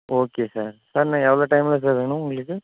okay sir sir இன்னும் எவ்வளோ டைம்மில் சார் வேணும் உங்களுக்கு